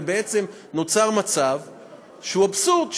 ובעצם נוצר מצב אבסורדי,